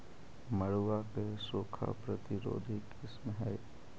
मड़ुआ के सूखा प्रतिरोधी किस्म हई?